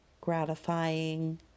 gratifying